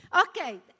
Okay